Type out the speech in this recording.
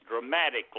dramatically